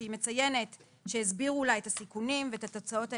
שהיא מציינת שהסבירו לה את הסיכונים ואת התוצאות האפשריות,